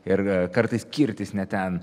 ir kartais kirtis ne ten